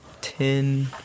Ten